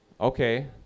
Okay